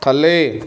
ਥੱਲੇ